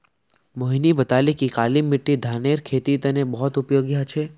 मोहिनी बताले कि काली मिट्टी धानेर खेतीर तने बहुत उपयोगी ह छ